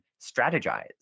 strategize